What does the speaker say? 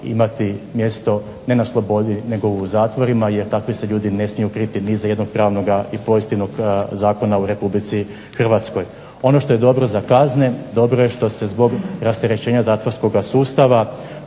imati mjesto ne na slobodi nego u zatvorima, jer takvi se ljudi ne smiju kriti ni iza jednog pravnog i pozitivnog zakona u Republici Hrvatskoj. Ono što je dobro za kazne, dobro je što se zbog rasterećenja zatvorskog sustava,